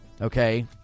okay